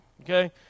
okay